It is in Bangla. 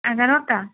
এগারোটা